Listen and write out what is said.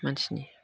मानसिनि